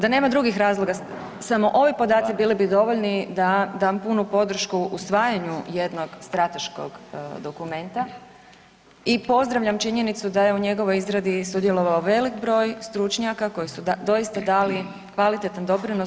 Da nema drugih razloga samo ovi podaci bili bi dovoljni da dam punu podršku usvajanju jednog strateškog dokumenta i pozdravljam činjenicu da je u njegovoj izradi sudjelovao velik broj stručnjaka koji su doista dali kvalitetan doprinos.